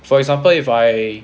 for example if I